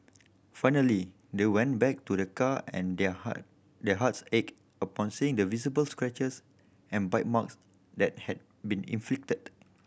finally they went back to their car and their heart their hearts ached upon seeing the visible scratches and bite marks that had been inflicted